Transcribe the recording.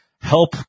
Help